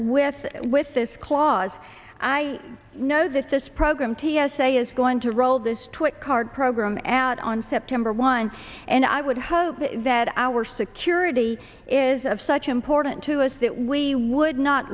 with with this clause i know that this program t s a is going to roll this twitt card program at on september one and i would hope that our security is of such important to us that we would not